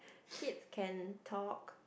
kids can talk